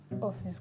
office